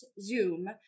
Zoom